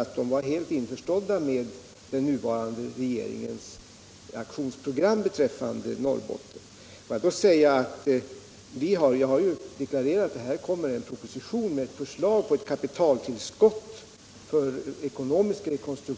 orealistiskt sätt. Vi måste i stället styra över de resurser som skulle ha satsats på Stålverk 80 till andra utvecklingsprojekt i Norrbotten, till verkstadsindustrin och till andra delar av näringslivet, för vi skall säkra sysselsättningen i Norrbotten — det är vår klara målsättning. Fru Berglund måste komma ihåg att det är Nr 43 mycket dyrt att skaffa sysselsättning i moderna stålverk; det kräver enor Fredagen den ma resurser per sysselsatt.